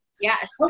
Yes